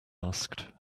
asked